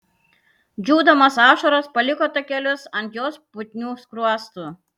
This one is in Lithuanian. džiūdamos ašaros paliko takelius ant jos putnių skruostų